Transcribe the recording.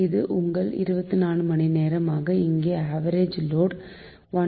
இது உங்கள் 24 மணி நேரம் ஆக இங்கே ஆவரேஜ் லோடு 1